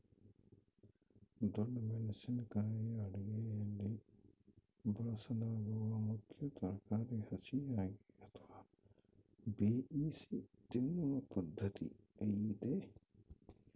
ದೊಣ್ಣೆ ಮೆಣಸಿನ ಕಾಯಿ ಅಡುಗೆಯಲ್ಲಿ ಬಳಸಲಾಗುವ ಮುಖ್ಯ ತರಕಾರಿ ಹಸಿಯಾಗಿ ಅಥವಾ ಬೇಯಿಸಿ ತಿನ್ನೂ ಪದ್ಧತಿ ಐತೆ